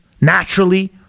naturally